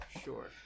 sure